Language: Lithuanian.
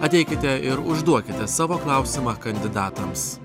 ateikite ir užduokite savo klausimą kandidatams